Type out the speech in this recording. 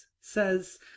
says